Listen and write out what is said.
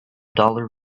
dollar